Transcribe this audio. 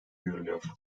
görülüyor